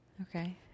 Okay